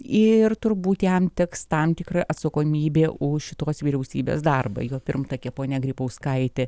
ir turbūt jam teks tam tikra atsakomybė už šitos vyriausybės darbą jo pirmtakė ponia grybauskaitė